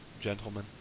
gentlemen